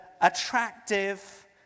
attractive